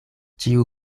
ĉiu